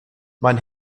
mein